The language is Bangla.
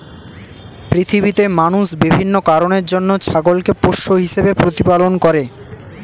পৃথিবীতে মানুষ বিভিন্ন কারণের জন্য ছাগলকে পোষ্য হিসেবে প্রতিপালন করে